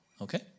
Okay